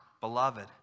beloved